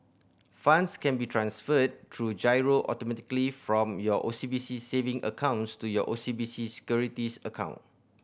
funds can be transferred through giro automatically from your O C B C saving accounts to your O C B C Securities account